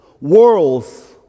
worlds